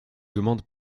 demande